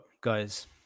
guys